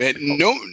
No